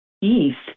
east